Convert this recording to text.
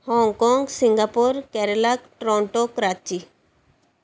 Hong Kong Singapore Kerala Toronto Karachi